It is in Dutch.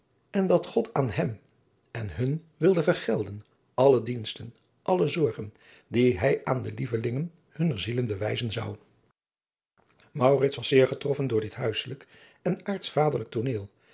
en dat god aan hem en hun wilde vergelden alle diensten alle zorgen die hij aan de lievelingen hunner zielen bewijzen zou maurits was zeer getroffen door dit huisselijk en aartsvaderlijk tooneel